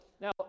Now